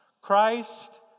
Christ